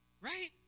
Right